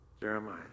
Jeremiah